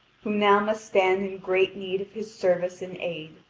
who now must stand in great need of his service and aid.